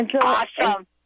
Awesome